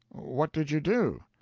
what did you do?